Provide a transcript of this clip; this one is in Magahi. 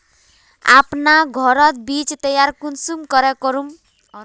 अपना घोरोत बीज तैयार कुंसम करे करूम?